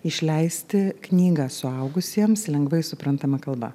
išleisti knygą suaugusiems lengvai suprantama kalba